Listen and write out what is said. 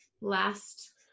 last